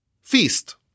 feast